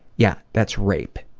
yeah, that's rape.